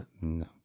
No